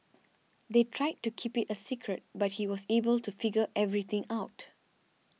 they tried to keep it a secret but he was able to figure everything out